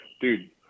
Dude